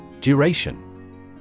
Duration